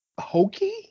Hokey